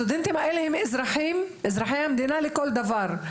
הסטודנטים האלה הם אזרחי המדינה לכל דבר.